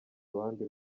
abandi